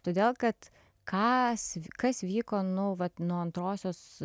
todėl kad ką kas vyko nu vat nuo antrosios